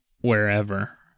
wherever